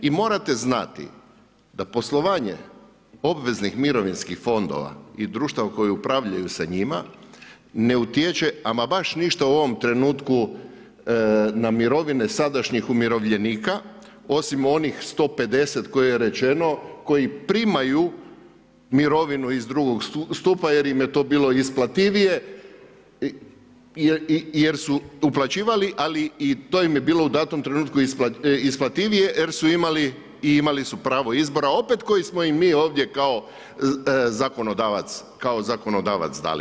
I morate znati da poslovanje obveznih mirovinskih fondova i društava koja upravljaju sa njima ne utječe ama baš ništa u ovom trenutku na mirovine sadašnjih umirovljenika osim onih 150 koje je rečeno koji primaju mirovinu iz drugog stupa jer im je to bilo isplativije i jer su uplaćivali, ali to im je bilo u datom trenutku isplativije jer su imali i imali su pravo izbora opet koji smo im mi ovdje kao zakonodavac dali.